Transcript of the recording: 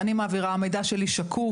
אני מעבירה, המידע שלי שקוף.